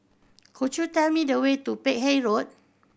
could you tell me the way to Peck Hay Road